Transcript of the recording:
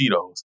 Cheetos